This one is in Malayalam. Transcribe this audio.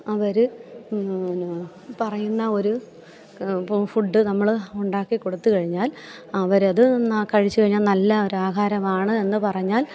അവര് പറയുന്ന ഒരു ഫുഡ് നമ്മള് ഉണ്ടാക്കിക്കൊടുത്തു കഴിഞ്ഞാൽ അവരത് കഴിച്ചുകഴിഞ്ഞാൽ നല്ല ഒരു ആഹാരമാണ് എന്ന് പറഞ്ഞാൽ